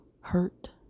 hurt